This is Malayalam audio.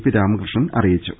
പി രാമകൃഷ്ണൻ അറിയി ച്ചു